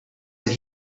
that